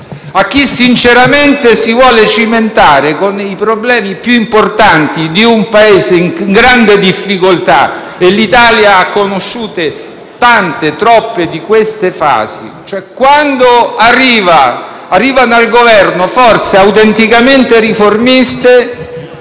a chi sinceramente si vuole cimentare con i problemi più importanti di un Paese in grande difficoltà, e l'Italia ha conosciuto tante e troppe fasi di questo tipo - quando arrivano al Governo forze autenticamente riformiste,